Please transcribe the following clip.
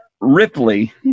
Ripley